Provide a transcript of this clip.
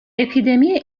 اپیدمی